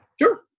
Sure